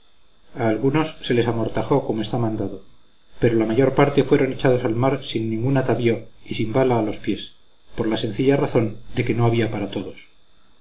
algunos se les amortajó como está mandado pero la mayor parte fueron echados al mar sin ningún atavío y sin bala a los pies por la sencilla razón de que no había para todos